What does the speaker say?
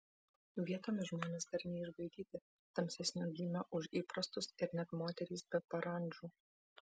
vietomis žmonės dar neišbaidyti tamsesnio gymio už įprastus ir net moterys be parandžų